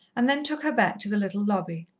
and then took her back to the little lobby.